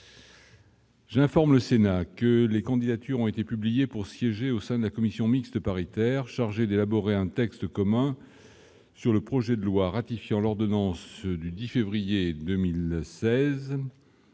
J'informe le Sénat que les candidatures ont été publiés pour siéger au sein de la commission mixte paritaire chargée d'élaborer un texte commun sur le projet de loi ratifiant l'ordonnance du 10 février 2016